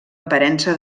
aparença